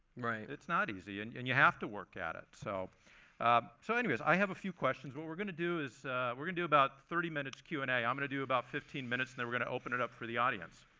right. it's not easy. and and you have to work at it. so so anyways, i have a few questions. what we're going to do is we're going do about thirty minutes q and a. i'm going to do about fifteen minutes. and we're going to open it up for the audience.